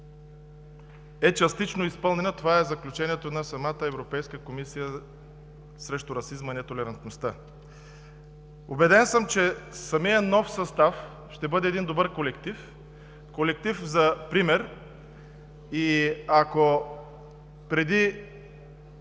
е частично изпълнена. Такова е заключението на Европейската комисия срещу расизма и нетолерантността. Убеден съм, че новият състав ще бъде един добър колектив, колектив за пример. И ако преди